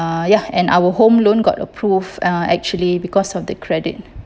uh ya and our home loan got approve uh actually because of the credit